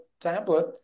tablet